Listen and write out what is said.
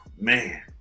man